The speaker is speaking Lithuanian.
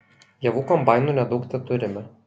javų kombainų nedaug teturime